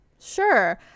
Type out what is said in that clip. Sure